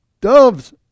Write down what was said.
dove's